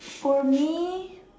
for me